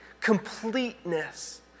completeness